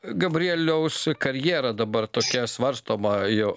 gabrieliaus karjera dabar tokia svarstoma jau